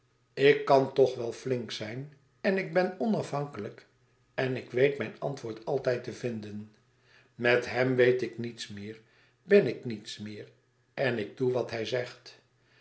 ik kan toch wel flink zijn en ik ben onafhankelijk en ik weet mijn antwoord altijd te vinden met hem weet ik niets meer ben ik niets meer en ik doe wat hij zegt